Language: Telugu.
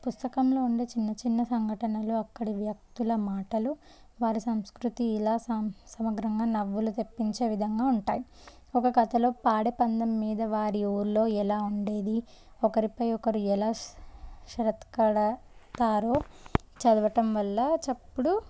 పుస్తకంలో ఉండే చిన్న చిన్న సంఘటనలు అక్కడి వ్యక్తుల మాటలు వారి సంస్కృతి ఇలా స సమగ్రంగా నవ్వులు తెప్పించే విధంగా ఉంటాయి ఒక కథలో పాడె పందం మీద వారి ఊర్లో ఎలా ఉండేది ఒకరిపై ఒకరు ఎలా షరతు కడతారో చదవటం వల్ల చప్పుడు